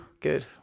Good